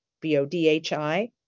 B-O-D-H-I